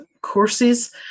courses